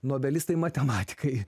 novelistai matematikai